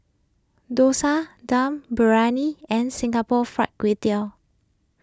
Dosa Dum Briyani and Singapore Fried Kway Tiao